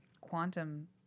quantum